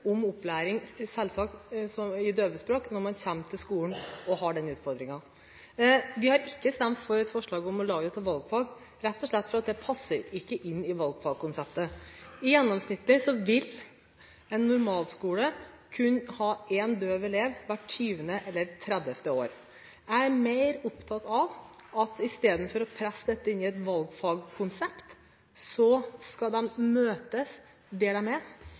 skolen og har den utfordringen. Vi har ikke stemt for et forslag om å gjøre det til valgfag, rett og slett fordi det ikke passer inn i valgfagkonseptet. Gjennomsnittlig vil en normalskole kun ha én døv elev hvert tjuende eller tredevte år. Jeg er mer opptatt av at elevene skal møtes der de er, istedenfor å presse dette inn i et valgfagkonsept.